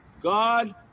God